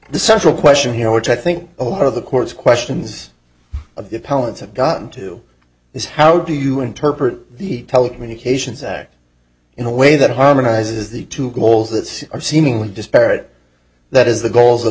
the central question here which i think a lot of the court's questions of the appellate have gotten to is how do you interpret the telecommunications act in a way that harmonizes the two goals that are seemingly disparate that is the goals of